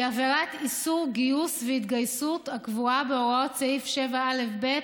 היא עבירת איסור גיוס והתגייסות הקבועה בהוראת סעיף 7א(ב)